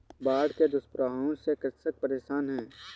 बाढ़ के दुष्प्रभावों से कृषक परेशान है